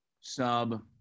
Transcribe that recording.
sub